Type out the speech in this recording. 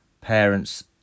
parents